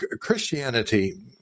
Christianity